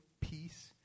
peace